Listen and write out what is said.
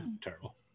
terrible